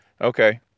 Okay